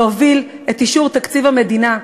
להוביל את אישור תקציב המדינה.